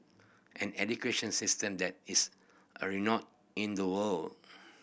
an education system that is a renowned in the world